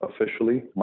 officially